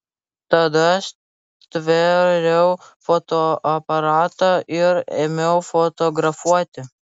tada stvėriau fotoaparatą ir ėmiau fotografuoti